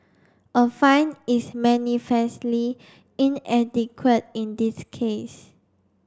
a fine is manifestly inadequate in this case